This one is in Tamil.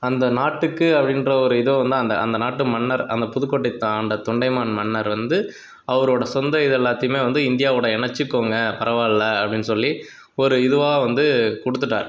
அந்த நாட்டுக்கு அப்படின்ற ஒரு இதோவுந்தான் அந்த அந்த நாட்டு மன்னர் அந்த புதுக்கோட்டை ஆண்ட தொண்டைமான் மன்னர் வந்து அவரோடய சொந்த இதை எல்லாத்தையுமே வந்து இந்தியாவோட இணச்சிக்கோங்க பரவாயில்ல அப்படின் சொல்லி ஒரு இதுவாக வந்து கொடுத்துட்டார்